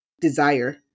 desire